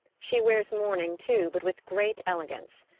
she wears mourning too, but with great elegance.